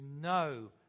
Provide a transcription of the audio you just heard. no